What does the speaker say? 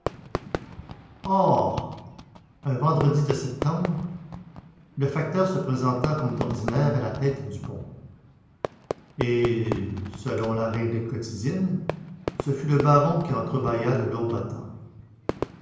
un vendredi de septembre le facteur se présenta comme d'ordinaire à la tête de pont et selon la règle quotidienne ce fut le baron qui entrebâilla le lourd battant